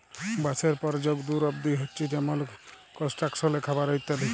বাঁশের পরয়োগ দূর দূর অব্দি হছে যেমল কলস্ট্রাকশলে, খাবারে ইত্যাদি